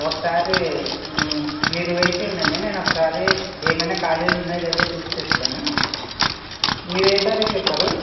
ఒకసారి మీరు వేచి ఉండండి నేను ఒకసారి ఏమైనా ఖాళీలు ఉన్నాయో లేదో చూసి చెప్తాను మీరు ఏ తారీకు చెప్పారు